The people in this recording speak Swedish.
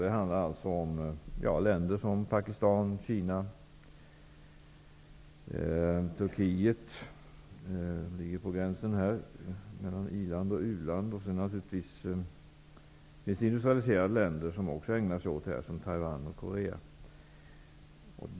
Det handlar om länder som Pakistan, Kina och Turkiet som ligger på gränsen mellan i-land och u-land. Sedan finns det industrialiserade länder som också ägnar sig åt detta, t.ex. Taiwan och Korea.